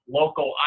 local